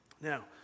Now